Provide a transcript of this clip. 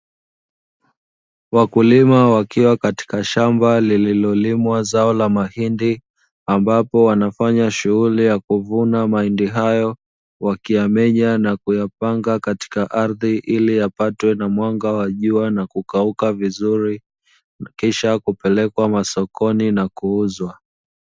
Wakulima wakiwa katika shamba lililolimwa zao la mahindi, ambapo wanafanya shughuli ya kuvuna mahindi hayo, wakiyamenya na kuyapanga katika ardhi ili yapatwe na mwanga wa jua na kukauka vizuri, kisha kupelekwa masokoni na kuuzwa.